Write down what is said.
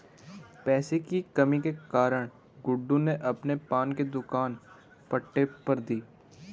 पैसे की कमी के कारण गुड्डू ने अपने पान की दुकान पट्टे पर दी